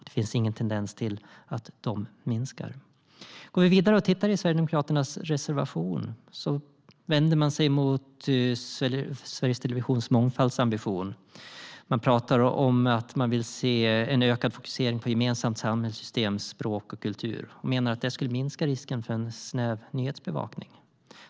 Det finns ingen tendens till att de minskar. Låt oss gå vidare och titta på Sverigedemokraternas reservation. Man vänder sig mot Sveriges Televisions mångfaldsambition. Man pratar om att man vill se en ökad fokusering på ett gemensamt samhällssystem, språk och kultur. Man menar att det skulle minska risken för en snäv nyhetsbevakning.